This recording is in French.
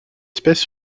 espèce